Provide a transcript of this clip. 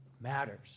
matters